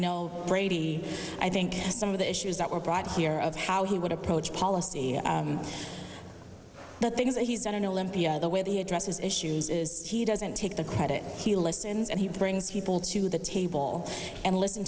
know brady i think some of the issues that were brought here of how he would approach policy the things that he's done in olympia the way the addresses issues is he doesn't take the credit he listens and he brings people to the table and listen